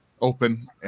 open